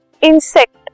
insect